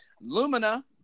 Lumina